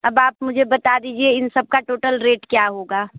अब आप मुझे बता दीजिए इन सबका टोटल रेट क्या होगा